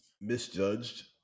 misjudged